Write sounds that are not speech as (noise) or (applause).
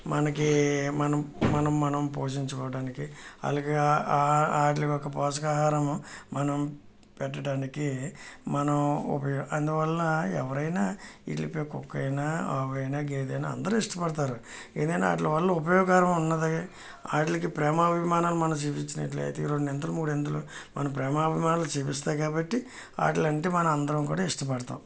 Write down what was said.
మనకి మనం మనం పోషించుకోవటానికి అలాగే ఆటలకి ఒక పోషకాహారం మనం పెట్టడానికి మనం ఉపయోగం అందువల్ల ఎవరైనా (unintelligible) కుక్క అయినా ఆవు అయినా గేద అయినా అందరూ ఇష్టపడతారు ఏదైనా వాటి వల్ల ఉపయోగకరం ఉన్నది వాటికి ప్రేమాభిమానాలు చూపించినట్లైతే రెండింతలు మూడింతలు మనం ప్రేమ అభిమానాలు చూపిస్తాము కాబట్టి అవంటే మనం అందరూ కూడా ఇష్టపడతాము